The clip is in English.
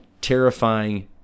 terrifying